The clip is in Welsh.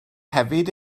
hefyd